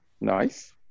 Nice